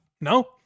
no